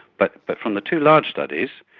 but but from the two large studies